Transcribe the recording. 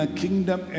kingdom